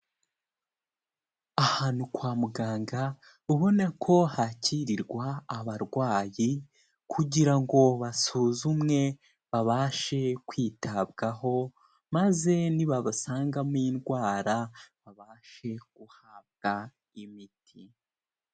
Ahantu kwa muganga, ubone ko hakirirwa abarwayi, kugira ngo basuzumwe babashe kwitabwaho maze nibabasangamo indwara babashe guhabwa imiti.